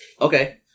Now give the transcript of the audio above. Okay